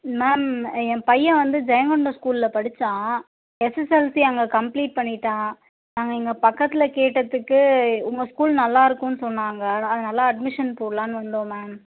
ma'am என் பையன் வந்து ஜெயங்கொண்டம் ஸ்கூலில் படிச்சான் எஸ்எஸ்எல்சி அங்கே கம்ப்ளீட் பண்ணிவிட்டான் நாங்கள் இங்கே பக்கத்தில் கேட்டதுக்கு உங்கள் ஸ்கூல் நல்லா இருக்கும்னு சொன்னாங்க அதனால் அட்மிஷன் போடலான்னு வந்தோம் மேம்